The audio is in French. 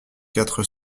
quatre